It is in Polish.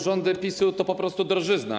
Rządy PiS-u to po prostu drożyzna.